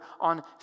on